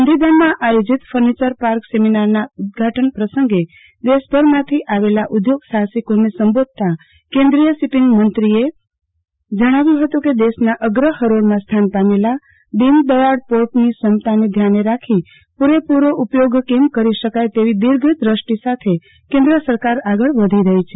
ગાંધીધામમાં આયોજિત furniture park સેમિનારના ઉદ્દઘાટન પ્રસંગે દેશભરમાંથી પધારેલા ઉદ્યોગ સાહ્સિકોને સંબોધતા કેન્દ્રીય શિપીંગ મંત્રીશ્રીએ જણાવ્યું હતું કે દેશના અગ્ર ફરોળમાં સ્થાન પામેલા દીનદથાળ પોર્ટની ક્ષમતાને ધ્યાને રાખી પૂરેપૂરો ઉપથોગ કેમ કરી શકાય તેવી દીર્ધક્રષ્ટિ સાથે કેન્દ્ર સરકાર આગળ વધી રફી છે